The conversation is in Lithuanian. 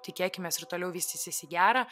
tikėkimės ir toliau vystysis į gera